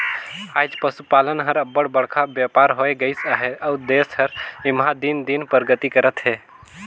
आएज पसुपालन हर अब्बड़ बड़खा बयपार होए गइस अहे अउ देस हर एम्हां दिन दिन परगति करत अहे